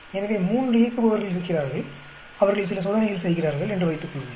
எனவே மூன்று இயக்குபவர்கள் இருக்கிறார்கள் அவர்கள் சில சோதனைகள் செய்கிறார்கள் என்று வைத்துக்கொள்வோம்